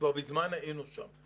כבר מזמן היינו שם.